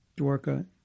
Dwarka